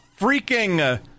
freaking